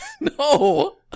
No